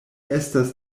estas